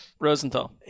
Rosenthal